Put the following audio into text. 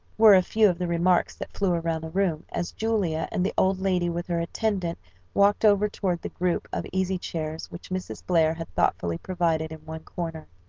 were a few of the remarks that flew around the room, as julia and the old lady with her attendant walked over toward the group of easy-chairs which mrs. blair had thoughtfully provided in one corner.